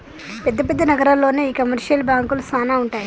పెద్ద పెద్ద నగరాల్లోనే ఈ కమర్షియల్ బాంకులు సానా ఉంటాయి